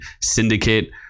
syndicate